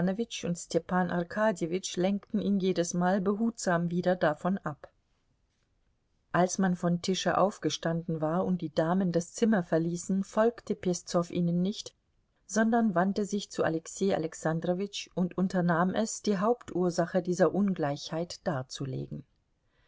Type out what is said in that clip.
lenkten ihn jedesmal behutsam wieder davon ab als man von tische aufgestanden war und die damen das zimmer verließen folgte peszow ihnen nicht sondern wandte sich zu alexei alexandrowitsch und unternahm es die hauptursache dieser ungleichheit darzulegen